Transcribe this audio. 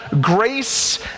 grace